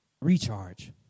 recharge